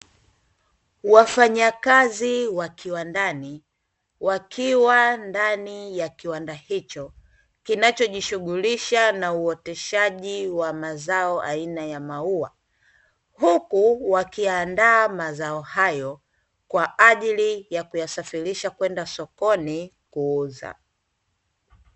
Wafanyakazi wa kiwandani, wakiwa ndani ya kiwanda hicho kinachojishughulisha na uoteshaji wa mazao ya maua, huku wakiyaandaa mazao hayo kwa ajili ya kuyasafirisha kwenda sokoni kuuza.